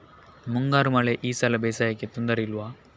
ಮುಂಗಾರು ಮಳೆ ಈ ಸಲ ಬೇಸಾಯಕ್ಕೆ ತೊಂದರೆ ಇಲ್ವ?